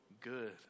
good